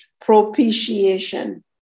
propitiation